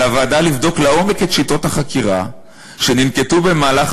על הוועדה לבדוק לעומק את שיטות החקירה שננקטו במהלך